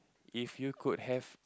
if you could have